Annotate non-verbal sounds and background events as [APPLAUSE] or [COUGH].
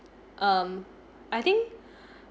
um I think [BREATH]